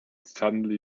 suddenly